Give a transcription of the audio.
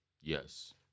Yes